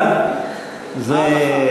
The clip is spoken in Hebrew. מה ההלכה?